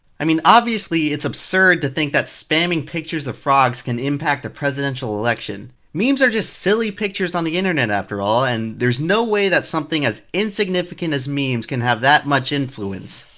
i mean, obviously it's absurd to think, that spamming pictures of frogs can impact a presidential election. memes are just silly pictures on the internet after all, and there's no way that something as insignificant as memes can have that much influence.